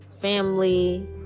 family